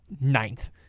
ninth